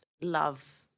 love